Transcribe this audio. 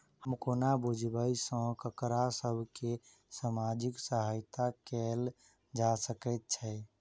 हम कोना बुझबै सँ ककरा सभ केँ सामाजिक सहायता कैल जा सकैत छै?